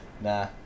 Nah